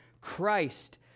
Christ